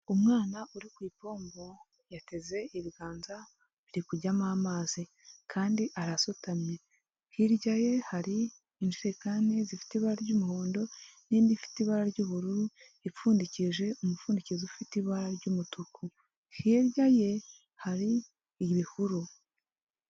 Umwana uri ku ipombo yateze ibiganza biri kujyamo amazi kandi arasutamye, hirya ye hari injerekani zifite ibara ry'umuhondo n'indi ifite ibara ry'ubururu ipfundikishije umupfundikizo ufite ibara ry'umutuku, hirya ye hari ibihuru.